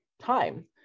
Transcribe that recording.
time